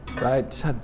right